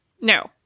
No